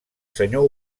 senyor